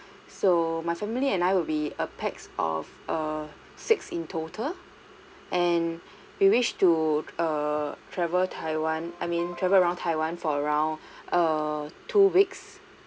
so my family and I will be a pax of err six in total and we wish to err travel taiwan I mean travel around taiwan for around err two weeks